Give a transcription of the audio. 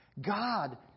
God